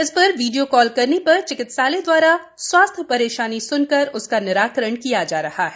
इस पर video call करने पर चिकित्सालय दवारा स्वास्थ्य परेशानी सु्नकर निराकरण किया जा रहा है